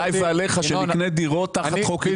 עליי ועליך שנקנה דירות תחת חוק עידוד השקעות הון.